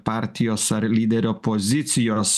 partijos ar lyderio pozicijos